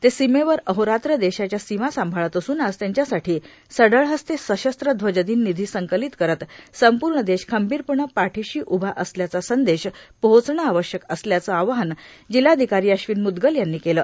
ते सिमेवर अहोरात्र देशाच्या सिमा सांभाळत असून आज त्यांच्यासाठी सढळहस्ते सशस्त्र ध्वजदिन निधी संकलीत करत संपूर्ण देश खंबीरपणे पाठिशी उभा असल्याचा संदेश पोहचणे आवश्यक असल्याचे आवाहन जिल्हाधिकारी अश्विन म्दगल यांनी केले